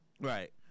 Right